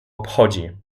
obchodzi